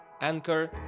anchor